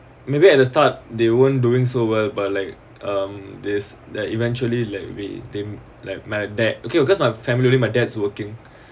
maybe at the start they weren't doing so well but like um there's they eventually like they they like my dad okay because my family my dad's working